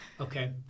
okay